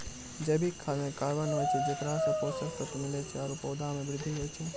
जैविक खाद म कार्बन होय छै जेकरा सें पोषक तत्व मिलै छै आरु पौधा म वृद्धि होय छै